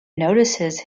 notices